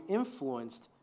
influenced